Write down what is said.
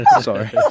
Sorry